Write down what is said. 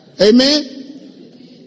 Amen